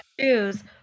shoes